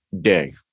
Day